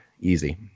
Easy